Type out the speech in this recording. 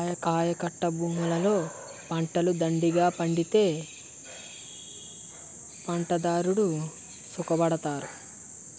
ఆయకట్టభూములలో పంటలు దండిగా పండితే పంటదారుడు సుఖపడతారు